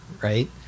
Right